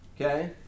Okay